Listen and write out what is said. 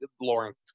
Lawrence